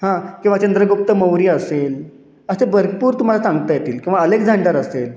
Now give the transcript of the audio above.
हां किंवा चंद्रगुप्त मौर्य असेल असे भरपूर तुम्हाला सांगता येतील किंवा अलेक्झांडर असेल